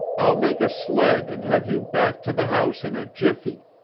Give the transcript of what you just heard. i'll make a sled and have you back to the house in a jiffy.